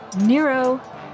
Nero